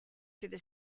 through